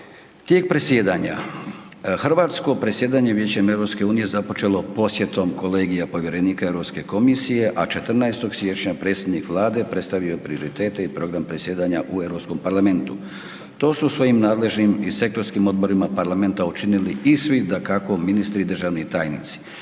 Tijek predsjedanja, Hrvatsko predsjedanje Vijećem EU započelo posjetom kolegija povjerenika Europske komisije, a 14. siječnja predsjednik Vlade je predstavio prioritete i program predsjedanja u Europskom parlamentu. To su svojim nadležnim i sektorskim odborima parlamenta učinili i svi dakako ministri i državni tajnici.